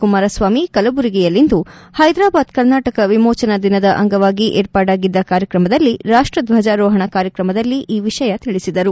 ಕುಮಾರಸ್ವಾಮಿ ಕಲಬುರಗಿಯಲ್ಲಿಂದು ಹೈದರಾಬಾದ್ ಕರ್ನಾಟಕ ವಿಮೋಜನಾ ದಿನದ ಅಂಗವಾಗಿ ಏರ್ಪಾಡಾಗಿದ್ದ ಕಾರ್ಯಕ್ರಮದಲ್ಲಿ ರಾಷ್ಟ ಧ್ವಜಾರೋಪಣ ಕಾರ್ಯಕ್ರಮದಲ್ಲಿ ಈ ವಿಷಯ ತಿಳಿಸಿದರು